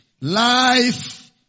Life